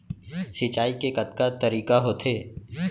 सिंचाई के कतका तरीक़ा होथे?